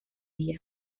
día